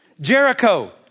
Jericho